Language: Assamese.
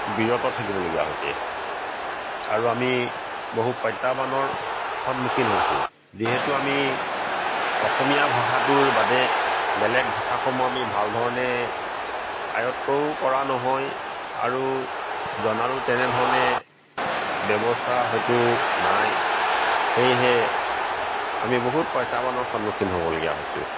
বিৰত থাকিবলগীয়া হৈছে আৰু আমি বহু প্ৰত্যাহ্বানৰ সন্মুখীন হৈছো যিহেতু আমি অসমীয়া ভাষাটোৰ বাদে বেলেগ ভাষাসমূহ আমি ভাল ধৰণে আয়ত্তও কৰা নহয় আৰু জনাৰো তেনেধৰণে ব্যৱস্থা হয়তো নাই সেয়েহে আমি বহুত প্ৰত্যাহ্বানৰ সন্মুখীন হ'বলগীয়া হৈছো